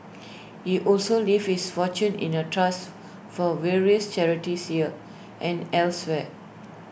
he also leaves his fortune in A trust for various charities here and elsewhere